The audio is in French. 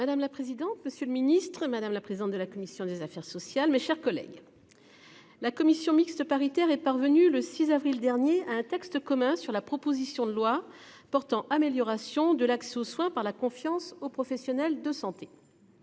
Madame la présidente, monsieur le ministre, madame la présidente de la commission des affaires sociales, mes chers collègues. La commission mixte paritaire est parvenue le 6 avril dernier à un texte commun sur la proposition de loi portant amélioration de l'accès aux soins par la confiance aux professionnels de santé.